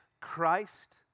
Christ